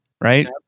right